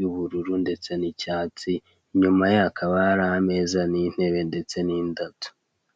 y'ubururu ndetse n'icyatsi, inyuma ye hakaba hari ameza n'intebe ndetse n'indabyo.